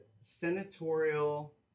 senatorial